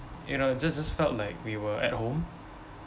you know just just felt like we were at home